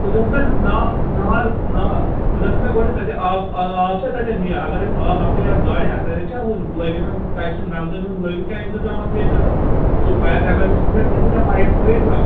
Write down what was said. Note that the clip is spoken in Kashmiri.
ژٕ دٔپ مےٚ نا نار نار ژٕ دٔپ مےٚ گۅڈٕ تتہِ آب آب چھا تَتٮ۪ن یہِ اَگر اَسہِ آب مۅکلیے اَتھ گاڑِ تتٮ۪تھ چھا ہُہ لٲگِتھ تَتہِ چھِ نَلکَن ہُنٛد لٔگِتھ کانٛہہ اِنتظاما تھٲوِتھ تتٮ۪تھ سُہ فایر ایمرجنسی چھا لٔگِتھ پایپ ترٛٲوِتھ تتھ